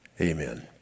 amen